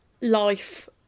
life